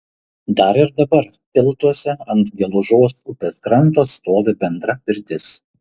dar ir dabar tiltuose ant gelužos upės kranto stovi bendra pirtis